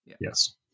yes